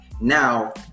Now